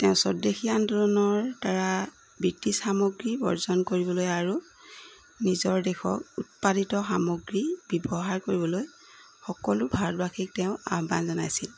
তেওঁ স্বদেশী আন্দোলনৰ দ্বাৰা ব্ৰিটিছ সামগ্ৰী বৰ্জন কৰিবলৈ আৰু নিজৰ দেশৰ উৎপাদিত সামগ্ৰী ব্যৱহাৰ কৰিবলৈ সকলো ভাৰতবাসীক তেওঁ আহ্বান জনাইছিল